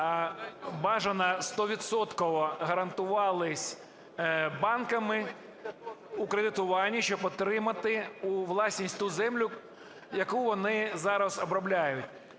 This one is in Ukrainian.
гарантувались банками у кредитуванні, щоб отримати у власність ту землю, яку вони зараз обробляють.